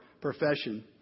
profession